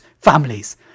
Families